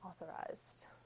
authorized